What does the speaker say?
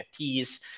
NFTs